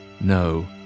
no